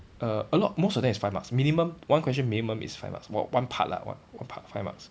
err a lot most of them is five marks minimum one question minimum is five marks one one part lah one one part five marks